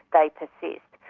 they persist.